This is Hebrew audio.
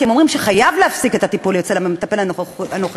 כי הם אומרים שחייב להפסיק את הטיפול אצל המטפל הנוכחי,